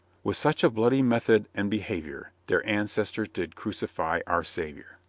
with such a bloody method and behavior their ancestors did crucify our saviour!